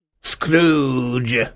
Scrooge